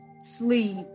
sleep